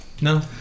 No